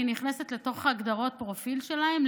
אני נכנסת לתוך הגדרות הפרופיל שלהם,